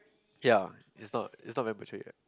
ya it's not it's not membership yet